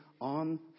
on